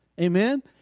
Amen